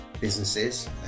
businesses